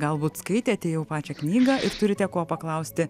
galbūt skaitėte jau pačią knygą ir turite ko paklausti